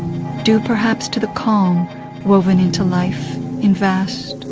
due perhaps to the calm woven into life in vast,